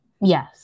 yes